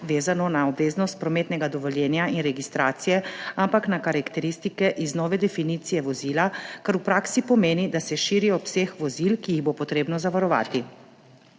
vezano na obveznost prometnega dovoljenja in registracije, ampak na karakteristike iz nove definicije vozila, kar v praksi pomeni, da se širi obseg vozil, ki jih bo treba zavarovati.